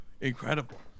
Incredible